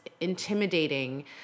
intimidating